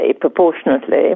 proportionately